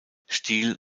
stil